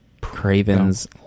Craven's